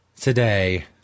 today